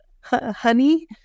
honey